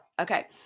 Okay